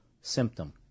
symptom